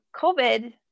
COVID